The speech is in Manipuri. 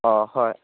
ꯑꯣ ꯍꯣꯏ